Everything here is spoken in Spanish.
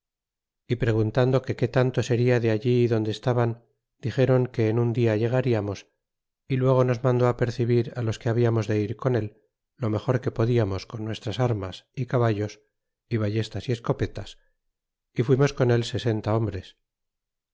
y preguntando que qué tanto seria de allí donde estaban dixéron que en un dia llegaríamos y luego nos mandó apercebir los que habiamos de ir con él lo mejor que podiamos con nuestras armas y caballos y ballestas y escopetas y fuimos con él sesenta hombres